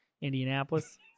Indianapolis